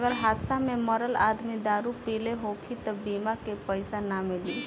अगर हादसा में मरल आदमी दारू पिले होखी त बीमा के पइसा ना मिली